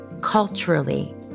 culturally